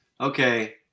okay